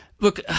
look